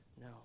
No